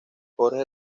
jorge